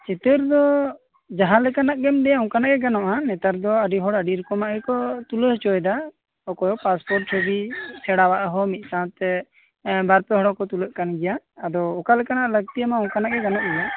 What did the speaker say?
ᱪᱤᱛᱟ ᱨ ᱫᱚ ᱡᱟᱦᱟᱸᱞᱮᱠᱟᱱᱟᱜ ᱜᱮᱢ ᱞᱟ ᱭᱟ ᱚᱱᱠᱟᱱᱟᱜ ᱜᱮ ᱜᱟᱱᱚᱜ ᱟ ᱱᱮᱛᱟᱨ ᱫᱚ ᱟ ᱰᱤ ᱦᱚᱲ ᱟ ᱰᱤ ᱨᱚᱠᱚᱢᱟᱜ ᱜᱮᱠᱚ ᱛᱩᱞᱟ ᱣ ᱦᱚᱪᱚᱭᱮᱫᱟ ᱚᱠᱚᱭ ᱯᱟᱥᱯᱳᱨᱴ ᱪᱷᱩᱵᱤ ᱥᱮᱸᱲᱟᱣᱟᱜ ᱦᱚᱸ ᱢᱤᱫᱥᱟᱝᱶ ᱛᱮ ᱵᱟᱨ ᱯᱮ ᱦᱚᱲ ᱦᱚᱸ ᱠᱚ ᱛᱩᱞᱟ ᱜ ᱠᱟᱱ ᱜᱮᱭᱟ ᱟᱫᱚ ᱚᱠᱟᱞᱮᱠᱟᱱᱟᱜ ᱞᱟᱹᱠᱛᱤ ᱟᱢᱟ ᱚᱱᱠᱟᱱᱟᱜ ᱜᱮ ᱜᱟᱱᱚᱜ ᱜᱮᱭᱟ